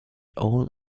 all